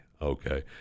Okay